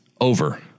over